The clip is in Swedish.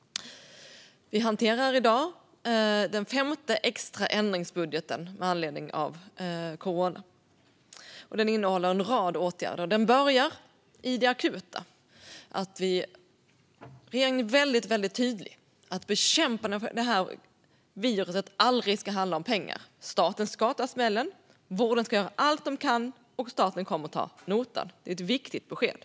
Vi hanterar i dag den femte extra ändringsbudgeten med anledning av corona. Den innehåller en rad åtgärder. Den börjar i det akuta, att regeringen är mycket tydlig med att bekämpningen av detta virus aldrig ska handla om pengar. Staten ska ta smällen. Vården ska göra allt den kan, och staten kommer att ta notan. Det är ett viktigt besked.